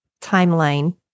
timeline